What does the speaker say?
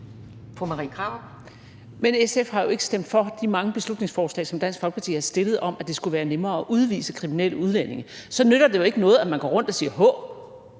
Men SF har jo ikke stemt for de mange beslutningsforslag, som Dansk Folkeparti har fremsat, om, at det skulle være nemmere at udvise kriminelle udlændinge. Så nytter det jo ikke noget, at man går rundt og siger